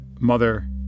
mother